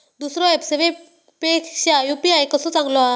दुसरो ऍप सेवेपेक्षा यू.पी.आय कसो चांगलो हा?